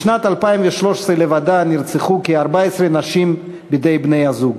בשנת 2013 לבדה נרצחו כ-14 נשים בידי בני-הזוג.